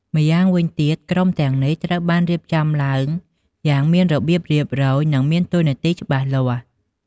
ម្យ៉ាងវិញទៀត ក្រុមទាំងនេះត្រូវបានរៀបចំឡើងយ៉ាងមានរបៀបរៀបរយ និងមានតួនាទីច្បាស់លាស់។